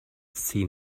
seen